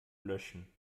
löschen